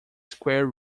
square